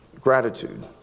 gratitude